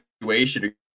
situation